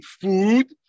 food